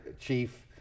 chief